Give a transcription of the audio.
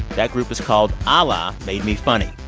that group is called allah made me funny.